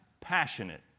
passionate